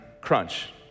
Crunch